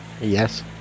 Yes